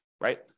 right